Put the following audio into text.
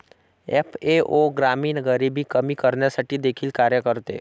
FAO ग्रामीण गरिबी कमी करण्यासाठी देखील कार्य करते